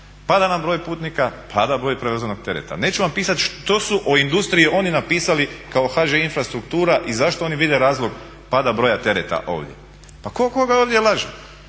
pada nam broj putnika, pada broj prevezenog tereta. Neću vam pisat što su o industriji oni napisali kao HŽ Infrastruktura i zašto oni vide razlog pada broja tereta ovdje. Pa tko koga ovdje laže?